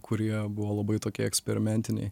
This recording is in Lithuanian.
kurie buvo labai tokie eksperimentiniai